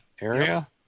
area